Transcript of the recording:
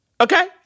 okay